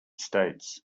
states